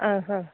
ആ ഹാ